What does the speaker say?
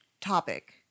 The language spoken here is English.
topic